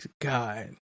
god